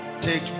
take